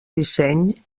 disseny